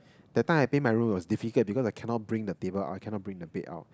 that time I paint my room it was difficult because I cannot bring the table out cannot bring the bed out